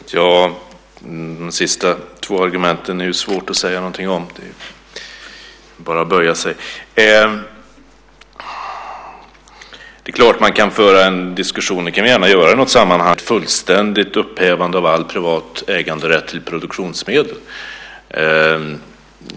Herr talman! De sista två argumenten är det svårt att säga någonting om, det är bara att böja sig. Det är klart att man kan föra en diskussion, det kan vi göra i något annat sammanhang, om det är möjligt och önskvärt med ett fullständigt upphävande av all privat äganderätt till produktionsmedlen.